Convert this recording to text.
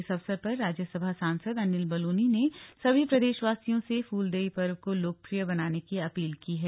इस अवसर पर राज्यसभा सांसद अनिल बलूनी ने सभी प्रदेशवासियों से फूलदेई पर्व को लोकप्रिय बनाने की अपील की है